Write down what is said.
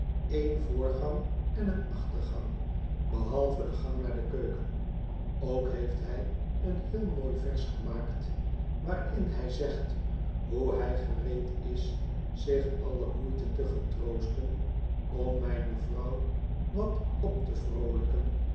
een vrgang en een achtergang behalve de gang naar de keuken ook heeft hij een heel mooi vers gemaakt waarin hij zegt hoe hij gereed is zich alle moeite te getroosten om mijne vrouw wat op te vroolijkeo